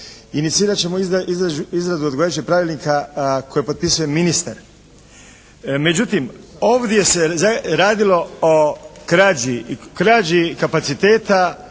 Inicirat ćemo izradu odgovarajućeg pravilnika koji potpisuje ministar. Međutim, ovdje se radilo o krađi kapaciteta